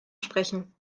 sprechen